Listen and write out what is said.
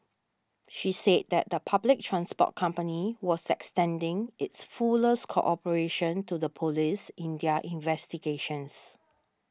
she said that the public transport company was extending its fullest cooperation to the police in their investigations